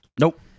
Nope